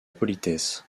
politesse